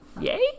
Yay